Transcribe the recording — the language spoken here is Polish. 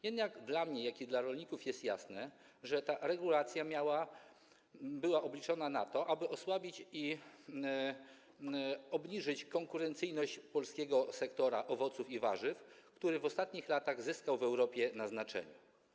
Jednak zarówno dla mnie, jak i dla rolników jest jasne, że ta regulacja była obliczona na to, aby osłabić i obniżyć konkurencyjność polskiego sektora owoców i warzyw, który w ostatnich latach w Europie zyskał na znaczeniu.